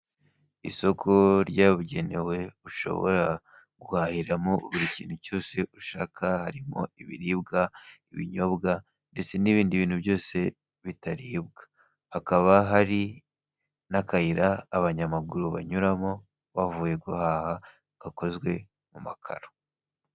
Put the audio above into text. Isoko ryabugenewe ushobora guhahiramo buri kintu cyose ushaka harimo : ibiribwa ,ibinyobwa ndetse n'ibindi bintu byose bitaribwa. Hakaba hari n'akayira abanyamaguru banyuramo bavuye guhaha gakozwe mu makaro.